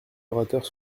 orateurs